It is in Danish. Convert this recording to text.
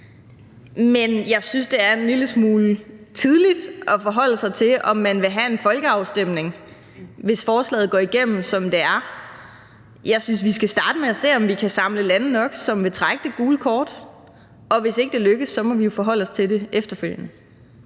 Men jeg synes, det er en lille smule tidligt at forholde sig til, om man vil have en folkeafstemning, hvis forslaget går igennem, som det er. Jeg synes, vi skal starte med at se, om vi kan samle lande nok, som vil trække det gule kort, og hvis ikke det lykkes, må vi jo forholde os til det efterfølgende.